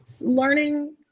Learning